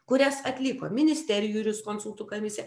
kurias atliko ministerijų juriskonsultų komisija